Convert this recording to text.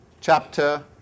chapter